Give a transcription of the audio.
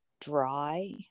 dry